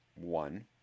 one